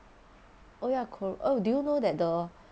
oh ya kor~ oh do you know that the